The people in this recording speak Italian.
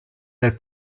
del